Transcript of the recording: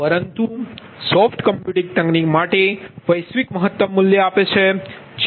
પરંતુ soft computing તકનીક માટે તે વૈશ્વિક મહત્તમ મૂલ્ય આપે છે